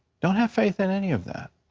don't have faith in any of that.